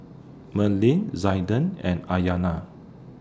Marlee Zaiden and Aiyana